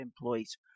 employees